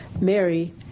Mary